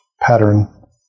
pattern